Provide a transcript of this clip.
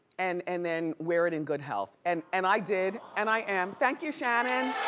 and and then wear it in good health. and and i did, and i am. thank you, shannon!